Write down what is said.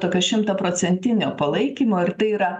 tokio šimtaprocentinio palaikymo ir tai yra